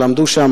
למדו שם.